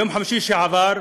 ביום חמישי שעבר,